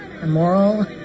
immoral